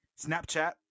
Snapchat